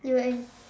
it will end